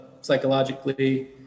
psychologically